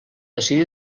decidí